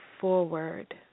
forward